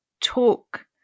talk